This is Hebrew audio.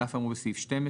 על אף האמור בסעיף 12,